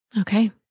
Okay